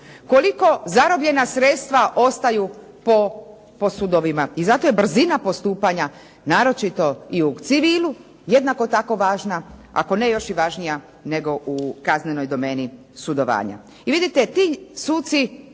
Koliko zarobljena sredstva ostaju po sudovima? I zato je brzina postupanja naročito i u civilu jednako tako važna, ako ne još i važnija nego u kaznenoj domeni sudovanja. I vidite ti suci